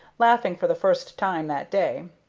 laughing for the first time that day.